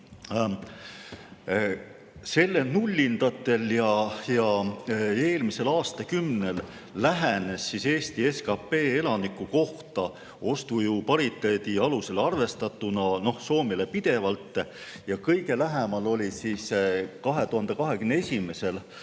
neid. Nullindatel ja eelmisel aastakümnel lähenes Eesti SKP elaniku kohta ostujõu pariteedi alusel arvestatuna Soomele pidevalt ja kõige lähemal oli sellele 2021.